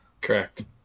Correct